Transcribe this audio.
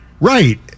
Right